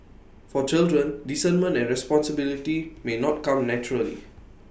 for children discernment and responsibility may not come naturally